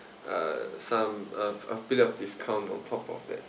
uh some uh a a bit of discount on top of that